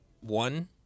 one